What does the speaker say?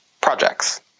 projects